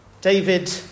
David